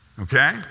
Okay